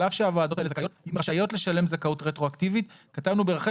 על אף שהוועדות האלה רשאיות לשלם זכאות רטרואקטיבית כתבנו ברחל